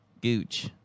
gooch